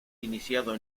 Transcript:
iniciado